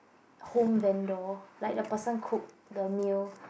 home vendor like the person cook the meal